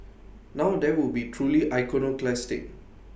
now that would be truly iconoclastic